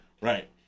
Right